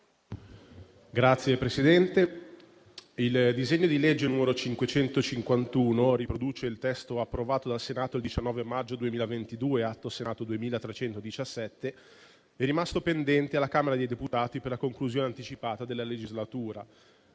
Signor Presidente, il disegno di legge n. 551 riproduce il testo approvato dal Senato il 19 maggio 2022 (Atto Senato 2317), rimasto pendente alla Camera dei deputati per la conclusione anticipata della legislatura.